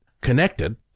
connected